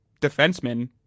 defensemen